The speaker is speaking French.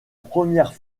première